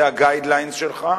זה ה-guidelines שלך,